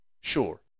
sure